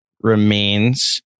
remains